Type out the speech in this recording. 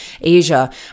Asia